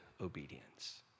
obedience